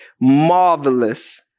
Marvelous